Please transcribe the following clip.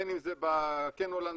בין אם זה כן הולנדי,